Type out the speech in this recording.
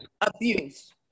abuse